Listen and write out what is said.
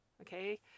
okay